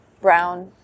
brown